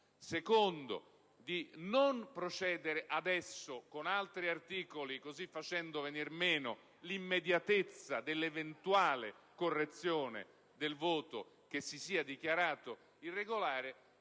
secondo luogo, non procedendo adesso con la trattazione di altri articoli, così facendo venir meno l'immediatezza dell'eventuale correzione del voto che si sia dichiarato irregolare;